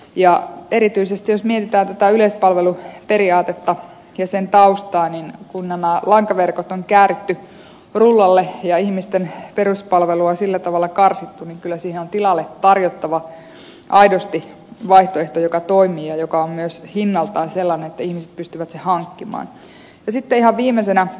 ja erityisesti jos mietitään tätä yleispalveluperiaatetta ja sen taustaa kun nämä lankaverkot on kääritty rullalle ja ihmisten peruspalvelua on sillä tavalla karsittu kyllä siihen on tilalle tarjottava aidosti vaihtoehto joka toimii ja joka on myös hinnaltaan sellainen että ihmiset pystyvät sen hankkimaan